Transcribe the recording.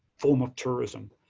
form of tourism.